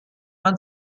man